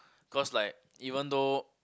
cause like even though